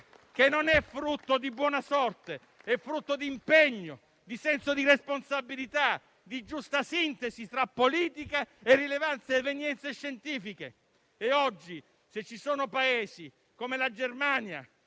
che non è frutto di buona sorte, ma di impegno, di senso di responsabilità, di giusta sintesi tra politica ed evidenze scientifiche. E oggi, se ci sono Paesi come la Germania